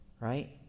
right